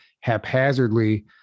haphazardly